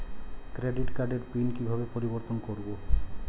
Credit কার্ডের PIN কিভাবে পরিবর্তন করবো?